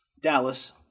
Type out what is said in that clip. Dallas